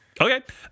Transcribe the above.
Okay